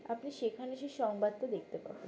আপনি সেখানে সেই সংবাদটা দেখতে পাবেন